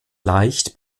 leicht